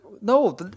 no